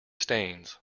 stains